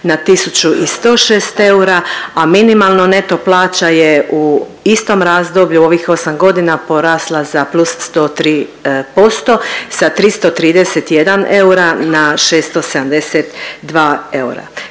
na 1.106 eura, a minimalna neto plaća je u istom razdoblju u ovih 8 godina porasla za plus 103% sa 331 eura na 672 eura.